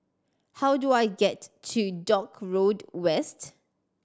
how do I get to Dock Road West